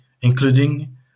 including